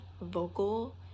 vocal